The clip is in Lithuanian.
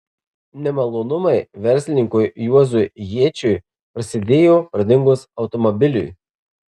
nemalonumai verslininkui juozui jėčiui prasidėjo pradingus automobiliui